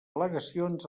al·legacions